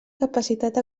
capacitat